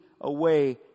away